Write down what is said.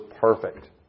perfect